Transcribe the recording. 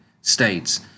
states